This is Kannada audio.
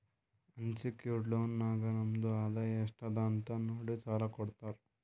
ಅನ್ಸೆಕ್ಯೂರ್ಡ್ ಲೋನ್ ನಾಗ್ ನಮ್ದು ಆದಾಯ ಎಸ್ಟ್ ಅದ ಅದು ನೋಡಿ ಸಾಲಾ ಕೊಡ್ತಾರ್